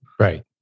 Right